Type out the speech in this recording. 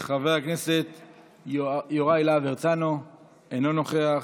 חבר הכנסת יוראי להב הרצנו, אינו נוכח,